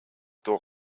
дуу